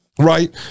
Right